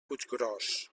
puiggròs